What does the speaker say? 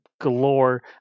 Galore